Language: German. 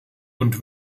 und